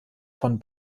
von